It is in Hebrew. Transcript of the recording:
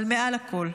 אבל מעל הכול,